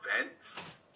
events